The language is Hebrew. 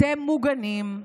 אתם מוגנים.